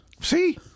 See